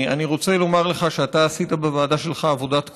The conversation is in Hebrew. אני רוצה לומר לך שאתה עשית בוועדה שלך עבודת קודש,